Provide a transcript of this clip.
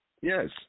Yes